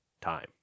Time